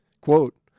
Quote